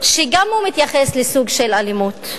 שגם הוא מתייחס לסוג של אלימות,